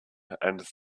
and